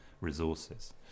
resources